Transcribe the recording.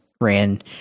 ran